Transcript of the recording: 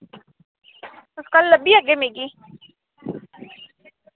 तुस कल लब्बी जागे मिगी